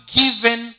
given